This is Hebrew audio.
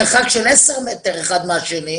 הראשון ולא ירחק היום שפשוט נאבד את כולם.